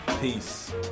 Peace